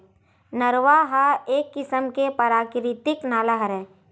नरूवा ह एक किसम के पराकिरितिक नाला हरय